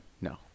no